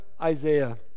isaiah